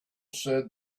said